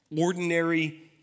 ordinary